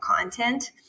content